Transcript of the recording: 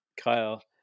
Kyle